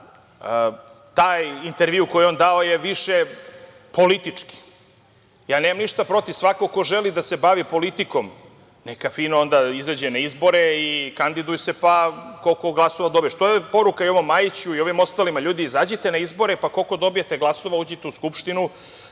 taj intervju koji je on dao je više politički. Nemam ništa protiv, svako ko želi da se bavi politikom, neka fino onda izađe na izbore i kandiduje se, pa koliko glasova dobiješ. To je poruka i ovom Majiću i ovim ostalima, ljudi izađite na izbore, pa koliko dobijete glasova, uđite u Skupštinu